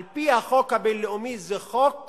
על-פי החוק הבין-לאומי זה חוק